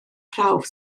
prawf